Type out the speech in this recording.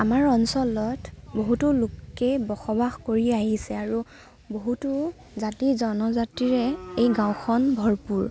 আমাৰ অঞ্চলত বহুতো লোকে বসবাস কৰি আহিছে আৰু বহুতো জাতি জনজাতিৰে এই গাঁওখন ভৰপূৰ